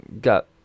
got